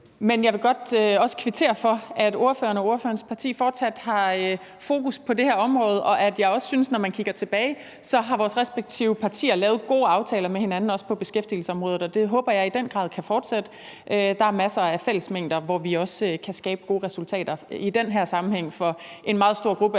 Jeg vil også gerne kvittere for, at spørgeren og spørgerens parti fortsat har fokus på det her område, og jeg synes også, når man kigger tilbage, at vores respektive partier har lavet gode aftaler med hinanden, også på beskæftigelsesområdet, og det håber jeg i den grad kan fortsætte. Der er masser af fællesmængder, hvor vi kan skabe gode resultater i den her sammenhæng for en meget stor gruppe